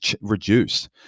reduce